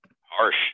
Harsh